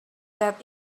that